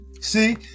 See